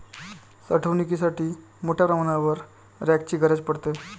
साठवणुकीसाठी मोठ्या प्रमाणावर रॅकची गरज पडते